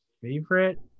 favorite